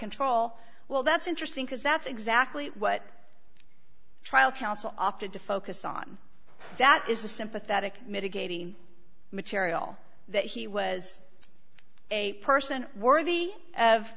control well that's interesting because that's exactly what trial counsel offered to focus on that is a sympathetic mitigating material that he was a person worthy of